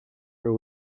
for